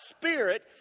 Spirit